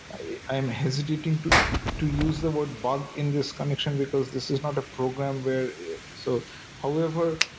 i'm hesitating to use the word bug in this connection, because this is not a program where so however,